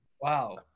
Wow